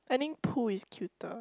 I think Pooh is cuter